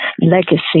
legacy